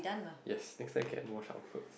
yes next time can wash our clothes